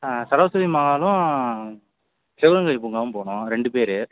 சரஸ்வதி மகாலும் சிவகங்கை பூங்காவும் போகணும் ரெண்டுப் பேர்